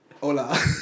hola